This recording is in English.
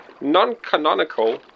Non-canonical